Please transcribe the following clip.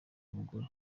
umugore